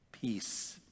Peace